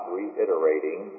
reiterating